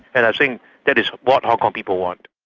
and i think that is what hong kong people want.